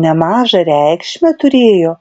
nemažą reikšmę turėjo